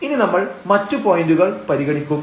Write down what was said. ഇനി നമ്മൾ മറ്റു പോയന്റുകൾ പരിഗണിക്കും